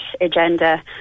agenda